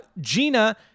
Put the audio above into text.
Gina